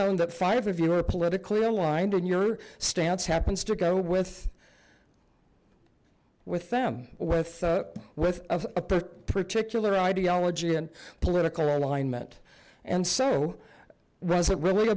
known that five of you are politically aligned and your stance happens to go with with them with with a particular ideology and political alignment and so was it really